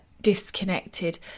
disconnected